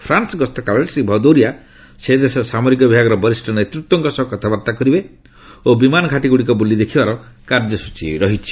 France ଗସ୍ତ କାଳରେ ଶ୍ରୀ ଭଦୌରିଆ ସେ ଦେଶର ସାମରିକ ବିଭାଗର ବରିଷ୍ଣ ନେତୃତ୍ୱଙ୍କ ସହ କଥାବାର୍ତ୍ତା କରିବେ ଓ ବିମାନ ଘାଟି ଗୁଡ଼ିକ ବୁଲି ଦେଖିବାର କାର୍ଯ୍ୟସୂଚୀ ରହିଛି